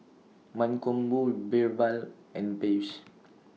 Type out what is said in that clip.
Mankombu Birbal and Peyush